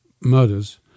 murders